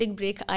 break